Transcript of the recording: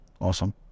Awesome